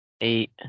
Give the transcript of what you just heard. eight